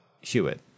Hewitt